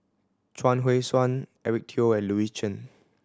Chuang Hui Tsuan Eric Teo and Louis Chen